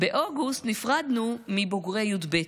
באוגוסט נפרדנו מבוגרי י"ב.